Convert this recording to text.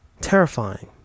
terrifying